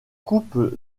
coupe